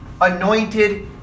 anointed